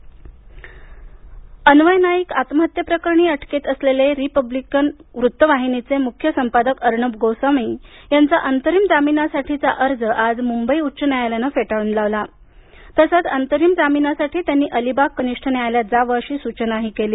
अर्णब अन्वय नाईक आत्महत्येप्रकरणी अटकेत असलेले रिपब्लिक वृत्तवाहिनीचे मुख्य संपादक अर्णब गोस्वामी यांचा अंतरिम जामिनासाठीचा अर्ज आज मुंबई उच्च न्यायालयानं फेटाळून लावला तसंच अंतरिम जामिनासाठी त्यांनी अलिबाग कनिष्ठ न्यायालयात जावं अशी सूचनाही केली